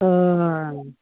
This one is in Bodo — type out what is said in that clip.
ओं